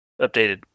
Updated